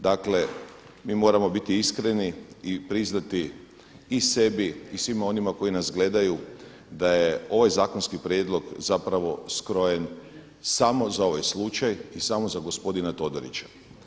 Dakle mi moramo biti iskreni i priznati i sebi i svima onima koji nas gledaju da je ovaj zakonski prijedlog zapravo skrojen samo za ovaj slučaj i samo za gospodina Todorića.